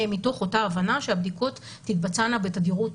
מתוך אותה הבנה שהבדיקות יתבצעו בתדירות